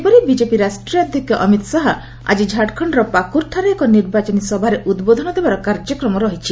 ସେହିପରି ବିଜେପି ରାଷ୍ଟ୍ରୀୟ ଅଧ୍ୟକ୍ଷ ଅମିତ ଶାହା ଆଜି ଝାଡ଼ଖଣ୍ଡର ପାକ୍ରର୍ଠାରେ ଏକ ନିର୍ବାଚନୀ ସଭାରେ ଉଦ୍ବୋଧନ ଦେବାର କାର୍ଯ୍ୟକ୍ରମ ରହିଛି